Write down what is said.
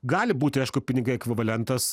gali būti aišku pinigai ekvivalentas